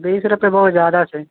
बीस रूपए बहुत जादा छै